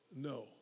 no